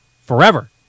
forever